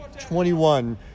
21